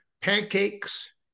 pancakes